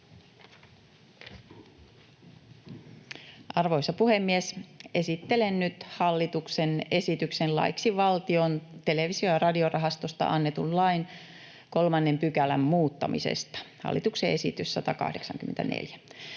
Arvoisa puhemies! Esittelen nyt hallituksen esityksen laiksi valtion televisio- ja radiorahastosta annetun lain 3 §:n muuttamisesta, hallituksen esitys 184.